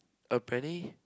a penny